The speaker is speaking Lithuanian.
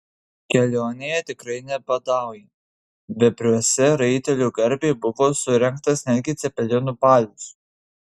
kelionėje tikrai nebadauja vepriuose raitelių garbei buvo surengtas netgi cepelinų balius